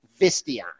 Vistion